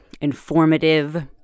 informative